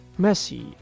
Messi